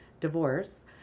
divorce